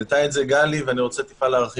העלתה את זה גלי, ואני רוצה להרחיב.